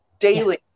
daily